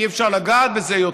אי-אפשר לגעת בזה יותר?